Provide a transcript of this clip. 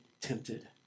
tempted